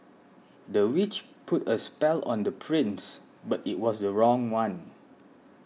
the witch put a spell on the prince but it was the wrong one